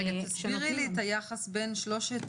רגע, תסבירי לי את היחס בין שלושת